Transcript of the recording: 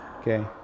okay